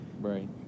Right